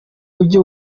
ujye